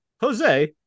Jose